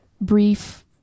brief